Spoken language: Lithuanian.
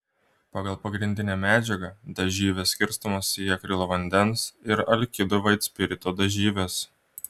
pagal pagrindinę medžiagą dažyvės skirstomos į akrilo vandens ir alkido vaitspirito dažyves